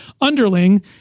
underling